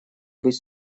быть